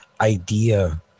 idea